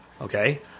Okay